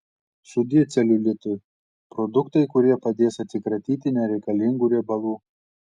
sudie celiulitui produktai kurie padės atsikratyti nereikalingų riebalų